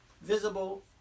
visible